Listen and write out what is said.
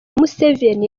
museveni